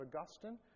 Augustine